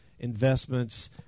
Investments